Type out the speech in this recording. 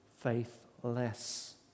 faithless